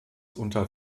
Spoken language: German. unter